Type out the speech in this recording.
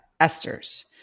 esters